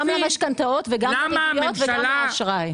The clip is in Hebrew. גם למשכנתאות, גם לריביות וגם לאשראי.